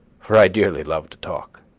for i dearly love to talk